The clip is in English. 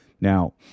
Now